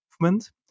movement